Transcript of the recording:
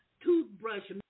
Toothbrush